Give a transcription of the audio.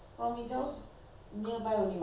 exactly ten minutes